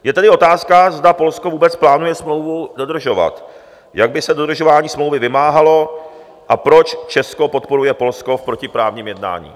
Je tedy otázka, zda Polsko vůbec plánuje smlouvu dodržovat, jak by se dodržování smlouvy vymáhalo a proč Česko podporuje Polsko v protiprávním jednání.